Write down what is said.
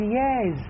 yes